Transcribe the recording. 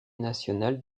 national